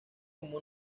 como